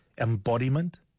Embodiment